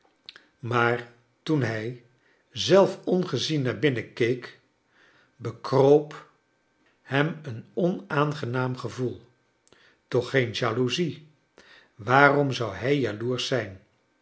maar toen hij zelf ongezien naar binnen keek beroop hem een onaangenaam gevoel toch geen jaloezie waarom zou hij jaloersch zijn